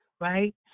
right